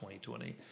2020